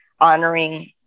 honoring